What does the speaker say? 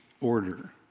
order